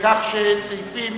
כך שסעיפים